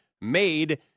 made